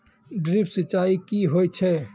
Drip सिंचाई कि होय छै?